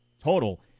total